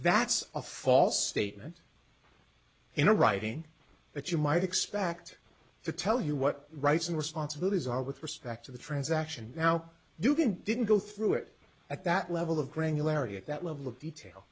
that's a false statement in a writing that you might expect to tell you what rights and responsibilities are with respect to the transaction now you can didn't go through it at that level of granularity at that level of detail